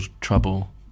trouble